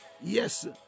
Yes